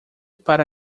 para